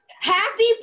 Happy